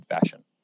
fashion